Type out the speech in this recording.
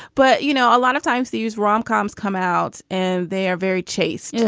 but, you know, a lot of times these romcoms come out and they are very chaste. yeah